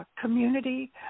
community